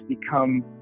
become